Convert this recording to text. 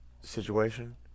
situation